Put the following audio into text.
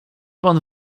pan